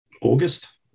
August